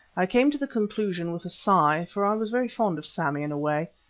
i came to the conclusion, with a sigh, for i was very fond of sammy in a way,